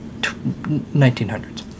1900s